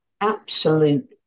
absolute